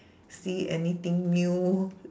see anything new